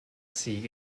sea